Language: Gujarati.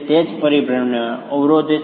તે જ પરિભ્રમણને અવરોધે છે